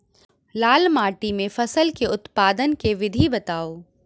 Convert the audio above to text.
लाल माटि मे फसल केँ उत्पादन केँ विधि बताऊ?